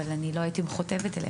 אבל אני לא הייתי מכותבת בהם.